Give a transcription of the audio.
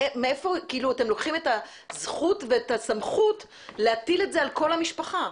מאיפה אתם לוקחים את הזכות ואת הסמכות להטיל את זה על כל המשפחה?